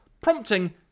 prompting